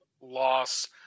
loss